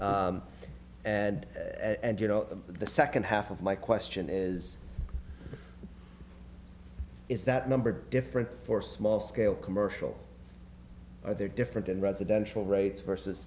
ok and and you know the second half of my question is is that number different for small scale commercial are there different in residential rates versus